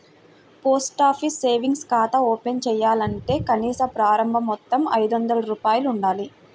post office savings ఖాతా open చేయాలంటే కనీస ప్రారంభ మొత్తం ఐదొందల రూపాయలు ఉండాలి